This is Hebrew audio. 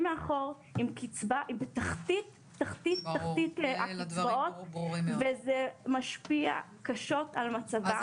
מאחור עם קצבה בתחתית תחתית הקצבאות וזה משפיע קשות על מצבם.